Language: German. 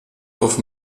auf